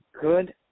good